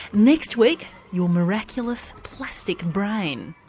next week, your miraculous plastic brain